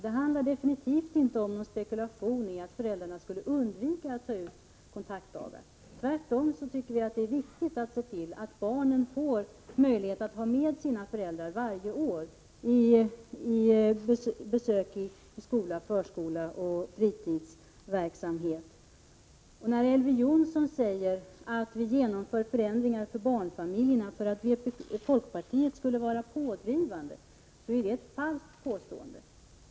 Det handlar definitivt inte om någon spekulation i att föräldrarna skulle undvika att ta ut kontaktdagarna. Tvärtom tycker vi att det är viktigt att se till att föräldrarna varje år får möjlighet till besök i skola, förskola och fritidsverksamhet. När Elver Jonsson säger att folkpartiet skulle ha varit pådrivande när det gällt att genomföra förbättringar för barnfamiljerna är det ett falskt påstående.